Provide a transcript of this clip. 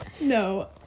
No